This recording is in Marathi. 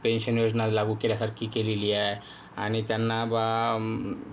पेन्शन योजना लागू केल्यासारखी केलेली आहे आणि त्यांना बुवा